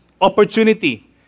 opportunity